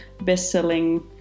best-selling